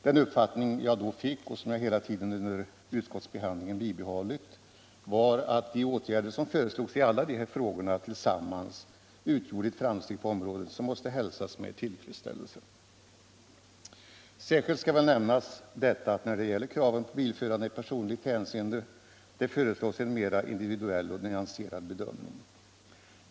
Den uppfattning som jag då fick och som jag hela tiden under utskottsbehandlingen bibehållit var att de åtgärder som föreslogs i alla de här frågorna tillsammans utgjorde ett framsteg på området som måste hälsas med tillfredsställelse. Särskilt skall det nämnas att det när det kraven på bilförarna i personligt hänseende föreslås en mera inell och nyanserad bedömning.